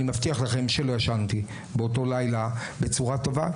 אני מבטיח לכם שלא ישנתי באותו לילה בצורה טובה.